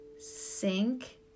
Sink